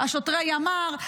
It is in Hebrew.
שוטרי הימ"ר.